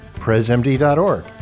presmd.org